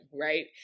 right